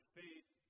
faith